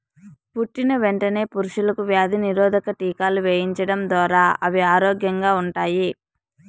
పుట్టిన వెంటనే పశువులకు వ్యాధి నిరోధక టీకాలు వేయించడం ద్వారా అవి ఆరోగ్యంగా ఉంటాయి